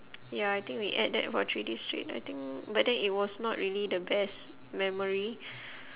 ya I think we ate that for three days straight I think but then it was not really the best memory